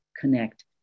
connect